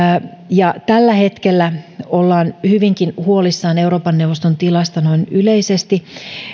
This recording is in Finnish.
ja tällä hetkellä ollaan hyvinkin huolissaan euroopan neuvoston tilasta noin yleisesti